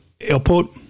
airport